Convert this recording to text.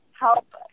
help